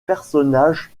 personnages